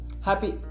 Happy